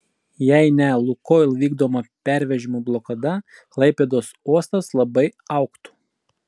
jei ne lukoil vykdoma pervežimų blokada klaipėdos uostas labai augtų